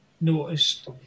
noticed